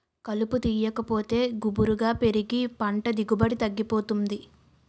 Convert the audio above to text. కలుపు తీయాకపోతే గుబురుగా పెరిగి పంట దిగుబడి తగ్గిపోతుంది